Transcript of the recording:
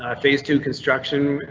ah phase two construction.